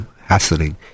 hassling